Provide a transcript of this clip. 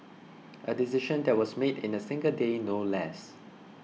a decision that was made in a single day no less